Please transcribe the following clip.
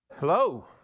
Hello